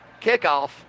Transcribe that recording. kickoff